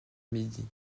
midi